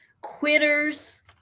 Quitters